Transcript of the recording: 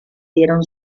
dieron